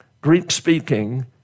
Greek-speaking